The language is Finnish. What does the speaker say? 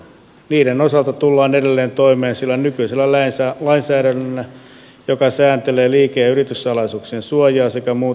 niiden osalta tullaan edelleen toimeen sillä nykyisellä lainsäädännöllä joka sääntelee liike ja yrityssalaisuuksien suojaa sekä muuta tietosuojaa